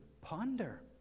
ponder